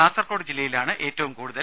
കാസർകോട് ജില്ലയിലാണ് ഏറ്റവും കൂടുതൽ